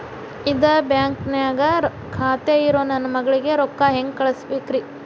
ಇದ ಬ್ಯಾಂಕ್ ನ್ಯಾಗ್ ಖಾತೆ ಇರೋ ನನ್ನ ಮಗಳಿಗೆ ರೊಕ್ಕ ಹೆಂಗ್ ಕಳಸಬೇಕ್ರಿ?